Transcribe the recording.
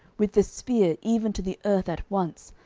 with the spear even to the earth at once,